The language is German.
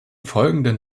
folgenden